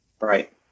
right